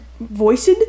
voiced